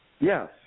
Yes